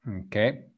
okay